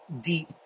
deep